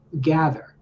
gather